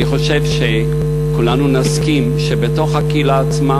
אני חושב שכולנו נסכים שבתוך הקהילה עצמה